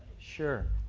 sure.